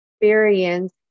experience